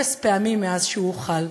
אפס פעמים מאז שהוא חל.